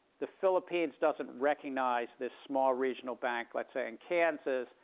the philippines doesn't recognize this small regional bank, let's say, in kansas.